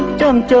don't don't